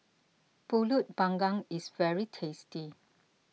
Pulut Panggang is very tasty